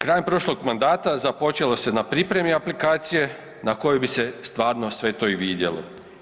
Krajem prošlog mandata započelo se na pripremi aplikacije na kojoj bi se stvarno sve to i vidjelo.